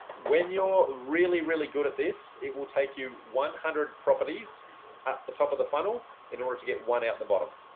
when you're really really good at this, it will take you one hundred properties at the top of the funnel in order to get one out the bottom.